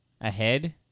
Ahead